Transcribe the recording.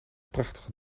prachtige